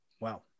Wow